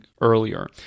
earlier